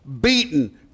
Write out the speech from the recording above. beaten